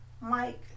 Mike